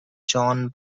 john